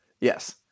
Yes